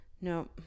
No